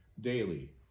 daily